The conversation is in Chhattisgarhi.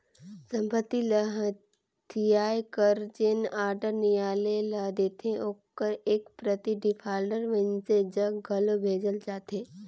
संपत्ति ल हथियाए कर जेन आडर नियालय ल देथे ओकर एक प्रति डिफाल्टर मइनसे जग घलो भेजल जाथे